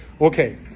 Okay